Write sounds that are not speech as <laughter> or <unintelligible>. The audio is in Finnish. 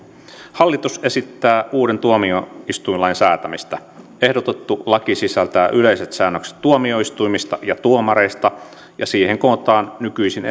hallitus esittää uuden tuomioistuinlain säätämistä ehdotettu laki sisältää yleiset säännökset tuomioistuimista ja tuomareista ja siihen kootaan nykyisin <unintelligible>